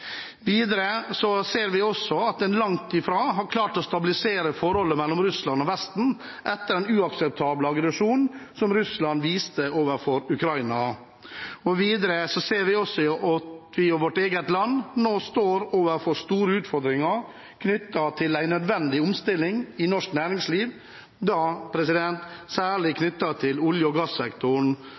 Videre ser vi at en langt fra har klart å stabilisere forholdet mellom Russland og Vesten etter den uakseptable aggresjonen som Russland viste overfor Ukraina. Og videre ser vi at vårt eget land nå står overfor store utfordringer knyttet til en nødvendig omstilling i norsk næringsliv, særlig i olje- og gassektoren,